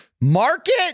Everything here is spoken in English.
market